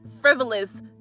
frivolous